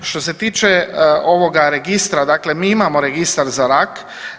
Što se tiče ovoga registra, dakle mi imamo registar za rak.